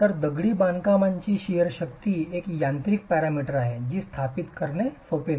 तर दगडी बांधकामाची शिअर शक्ती एक यांत्रिक पॅरामीटर आहे जी स्थापित करणे सोपे नाही